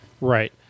Right